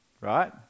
right